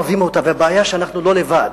והבעיה היא שאנחנו לא לבד.